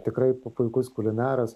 tikrai puikus kulinaras